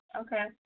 Okay